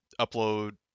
upload